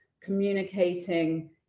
communicating